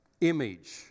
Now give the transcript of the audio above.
image